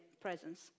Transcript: presence